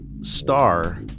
star